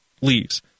leaves